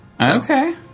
Okay